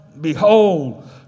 Behold